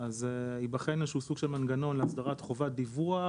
ייבחן איזשהו סוג של מנגנון להסדרת חובת דיווח,